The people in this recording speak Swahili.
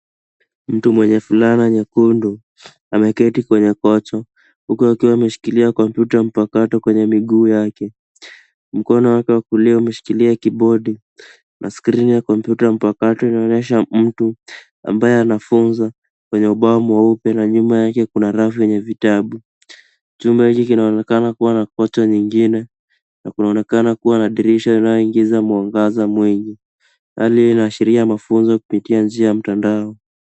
Mtu mwenye fulana nyekundu ameketi kwenye kochi huku akiwa ameshikilia kompyuta mpakato kwenye miguu yake. Mkono wake wa kulia umeshikilia kiibodi na skrini ya kompyuta mpakato inaonyesha mtu ambaye anafunza kwenye ubao mweupe na nyuma yake kuna rafu yenye vitabu. Chumba hiki kinaonekana kinaonekana kuwa na kochi nyingine na kunaonekana kuwa na dirisha kubwa inayoingiza mwangaza mwingi. Hali hiyo inaashiria mafunzo kupitia njia ya mtandao.